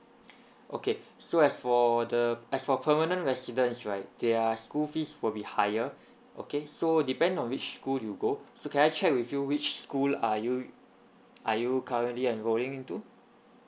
okay so as for the as for permanent residents right their school fees will be higher okay so depend on which school you go so can I check with you which school are you are you currently enrolling into